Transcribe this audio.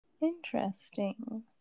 interesting